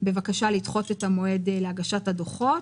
בבקשה לדחות את המועד להגשת הדוחות.